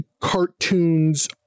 cartoons